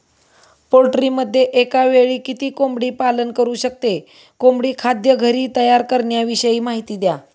पोल्ट्रीमध्ये एकावेळी किती कोंबडी पालन करु शकतो? कोंबडी खाद्य घरी तयार करण्याविषयी माहिती द्या